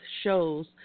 shows